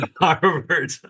Harvard